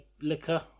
liquor